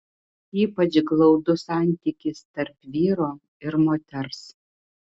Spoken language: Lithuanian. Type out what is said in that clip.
ypač glaudus santykis tarp vyro ir moters